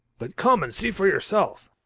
but come and see for yourself!